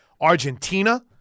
Argentina